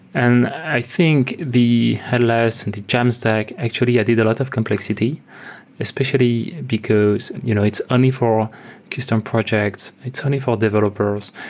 and i think the headless, and the jamstack actually, i did a lot of complexity especially because you know it's only for custom projects. it's only for developers.